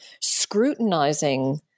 scrutinizing